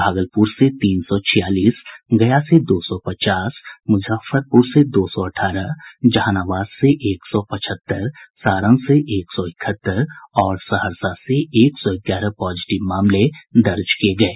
भागलपुर से तीन सौ छियालीस गया से दो सौ पचास मुजफ्फरपुर से दो सौ अठारह जहानाबाद से एक सौ पचहत्तर सारण से एक सौ इकहत्तर और सहरसा से एक सौ ग्यारह पॉजिटिव मामले दर्ज किये गये